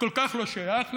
כל כך לא שייך למישהו?